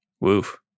Woof